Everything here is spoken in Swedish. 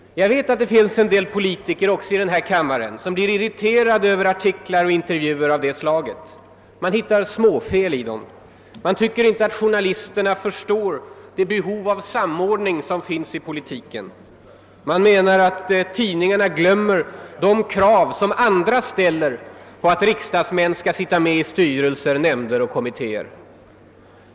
Jag vet att det finns en del politiker också i denna kammare som blir irriterade över artiklar och intervjuer av det slaget. Man hittar småfel i dem. Man tycker att journalisterna inte förstår det behov av samordning som finns i politiken. Man menar att tidningarna glömmer de krav som andra ställer på att riksdagsmän skall sitta med i styrelser, nämnder och kommittéer.